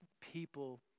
people